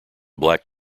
black